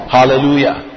Hallelujah